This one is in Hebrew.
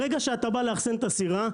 ברגע שאתה בא לאחסן את הסירה,